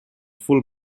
full